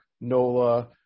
Nola